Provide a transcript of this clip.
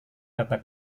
kata